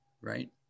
right